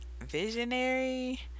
visionary